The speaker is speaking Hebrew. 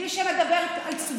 תקשיב לי טוב: מי שמדבר על צביעות,